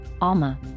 ALMA